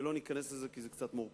ולא ניכנס לזה, כי זה קצת מורכב.